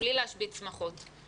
ובלי להשבית שמחות.